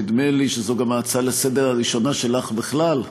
נדמה לי שזו גם ההצעה לסדר-היום הראשונה שלך בכלל,